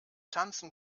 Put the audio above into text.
tanzen